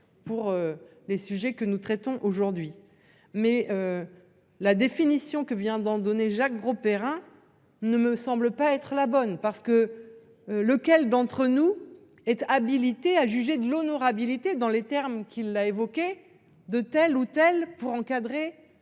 Pour les sujets que nous traitons aujourd'hui mais. La définition que vient d'en donner. Jacques Grosperrin ne me semble pas être la bonne parce que. Lequel d'entre nous est habilitée à juger de l'honorabilité dans les termes qu'il a évoqué de telle ou telle pour encadrer.